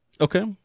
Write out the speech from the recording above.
Okay